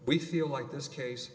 we feel like this case